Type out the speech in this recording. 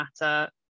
matter